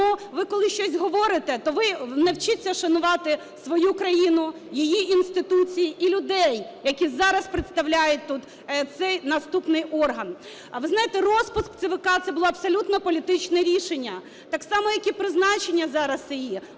тому ви, коли щось говорите, то ви навчіться шанувати свою країну, її інституції і людей, які зараз представляють тут цей наступний орган. А ви знаєте, розпуск ЦВК це було абсолютно політичне рішення, так само як і призначення зараз її